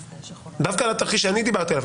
התרחיש שאני דיברתי עליו,